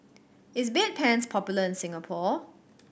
is Bedpans popular in Singapore